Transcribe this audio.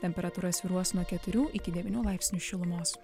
temperatūra svyruos nuo keturių iki devynių laipsnių šilumos